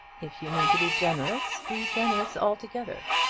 if you mean to be generous, be generous altogether.